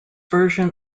version